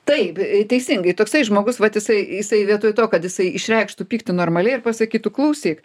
taip teisingai toksai žmogus vat jisai jisai vietoj to kad jisai išreikštų pyktį normaliai ir pasakytų klausyk